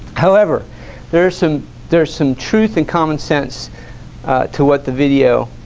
however there's some there's some truth in common sense to what the video